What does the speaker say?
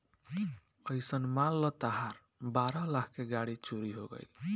अइसन मान ल तहार बारह लाख के गाड़ी चोरी हो गइल